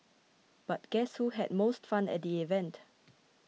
but guess who had the most fun at the event